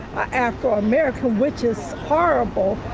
after american, which is horrible.